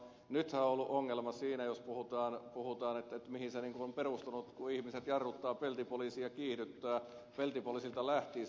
nythän on ollut ongelma siinä jos puhutaan mihin se on perustunut kun ihmiset jarruttavat peltipoliisille tultaessa ja kiihdyttävät peltipoliisilta lähtiessä